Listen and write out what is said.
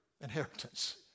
inheritance